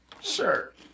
Sure